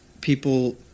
people